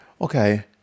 Okay